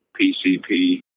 PCP